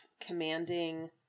commanding